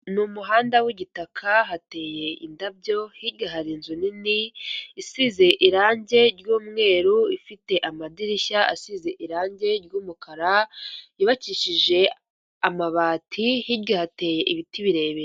Ni umuhanda w'igitaka hateye indabyo hirya hari inzu nini isize irange ry'umweru ifite amadirishya asize irangi ry'umukara yubakishije amabati hirya hateye ibiti birebire.